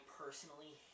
personally